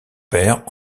père